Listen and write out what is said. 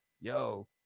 yo